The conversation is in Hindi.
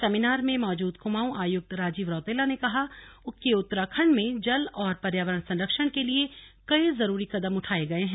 सेमिनार में मौजूद कुमाऊं आयुक्त राजीव रौतेला ने कहा कि उत्तराखंड में जल और पर्यावरण संरक्षण के लिए कई जरूरी कदम उठाए गए हैं